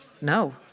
no